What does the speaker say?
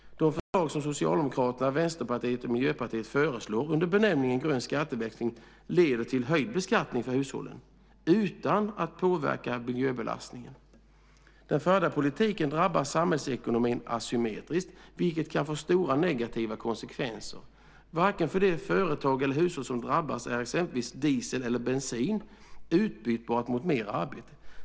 De frågor som Socialdemokraterna, Vänsterpartiet och Miljöpartiet föreslår under benämningen grön skatteväxling leder till höjd beskattning för hushållen utan att påverka miljöbelastningen. Den förda politiken drabbar samhällsekonomin asymmetriskt, vilket kan få stora negativa konsekvenser. Varken för de företag eller de hushåll som drabbas är exempelvis diesel eller bensin utbytbart mot mer arbete.